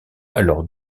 alors